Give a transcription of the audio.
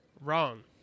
Wrong